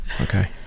Okay